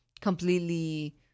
completely